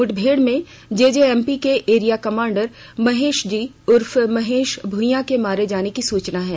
मुठभेड़ में जेजेएमपी के एरिया कमांडर महेश जी उर्फ महेश भुइयां के मारे जाने की सूचना है